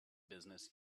business